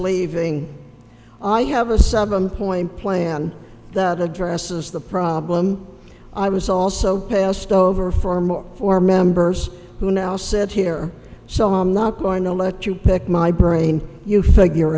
slaving i have a seven point plan that addresses the problem i was also passed over for more for members who now said here so i'm not going to let you pick my brain you figure